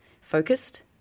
focused